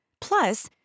Plus